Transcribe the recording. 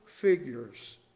figures